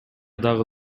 дагы